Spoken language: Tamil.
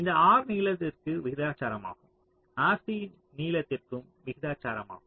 இந்த R நீளத்திற்கு விகிதாசாரமாகும் RC நீளத்திற்கும் விகிதாசாரமாகும்